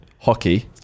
hockey